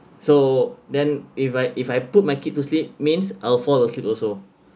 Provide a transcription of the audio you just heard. so then if I if I put my kids to sleep means I'll fall asleep also